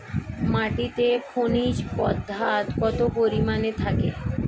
মাটিতে খনিজ পদার্থ কত পরিমাণে থাকে?